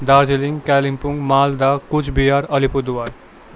Darjeeling Kalimpong Malda Cooch Behar Alipurduar